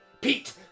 Pete